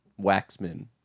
Waxman